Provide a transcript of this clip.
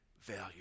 value